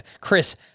Chris